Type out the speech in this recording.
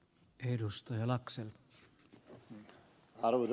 arvoisa puhemies